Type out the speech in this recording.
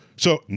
so,